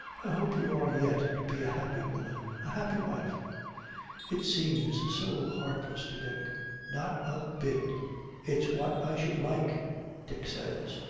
hope you are yet to be a happy woman, a happy wife it seems so heartless to dick not a bit it's what i should like dick says.